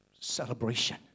Celebration